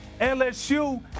LSU